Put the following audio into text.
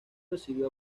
recibió